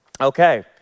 Okay